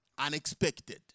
Unexpected